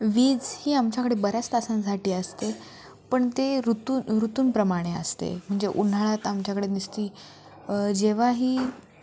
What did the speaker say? वीज ही आमच्याकडे बऱ्याच तासांसाठी असते पण ते ऋतू ऋतुंप्रमाणे असते म्हणजे उन्हाळ्यात आमच्याकडे नसते जेव्हाही